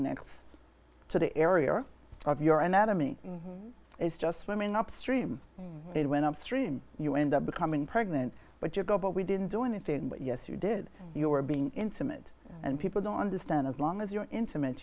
next to the area of your anatomy is just swimming upstream it went upstream you end up becoming pregnant but you go but we didn't do anything but yes you did you were being intimate and people don't understand as long as you're intimate